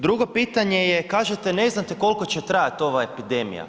Drugo pitanje je, kažete, ne znate koliko će trajati ova epidemija.